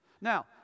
Now